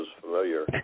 familiar